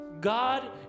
God